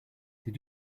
did